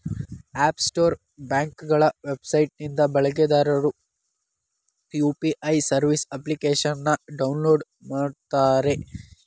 app store ಬ್ಯಾಂಕ್ಗಳ website ನಿಂದ ಬಳಕೆದಾರರು ಯು.ಪಿ.ಐ ಸರ್ವಿಸ್ ಅಪ್ಲಿಕೇಶನ್ನ ಡೌನ್ಲೋಡ್ ಮಾಡುತ್ತಾರೆ